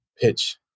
pitch